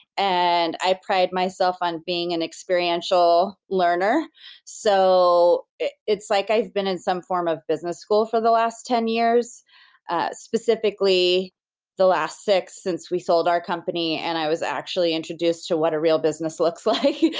and i pride myself on being an experiential learner so it's like i've been in some form of business school for the last ten years ah specifically the last six since we sold our company, and i was actually introduced to what a real business looks like,